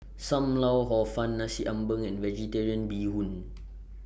SAM Lau Hor Fun Nasi Ambeng and Vegetarian Bee Hoon